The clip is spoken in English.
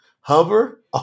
Hover